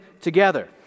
together